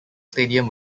stadium